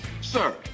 Sir